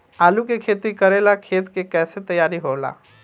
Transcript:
आलू के खेती करेला खेत के कैसे तैयारी होला?